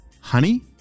honey